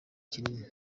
kinini